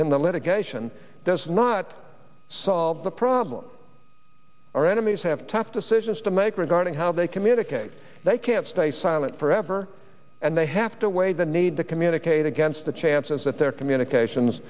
in the litigation does not solve the problem our enemies have tough decisions to make regarding how they communicate they can't stay silent forever and they have to the need to communicate against the chances that their communications